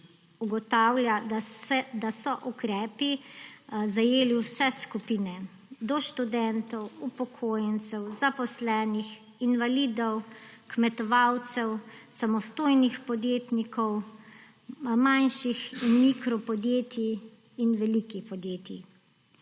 ugotavlja, da so ukrepi zajeli vse skupine, od študentov, upokojencev, zaposlenih, invalidov, kmetovalcev, samostojnih podjetnikov do manjših in mikro podjetij in velikih podjetij.